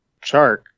Chark